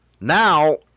Now